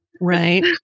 Right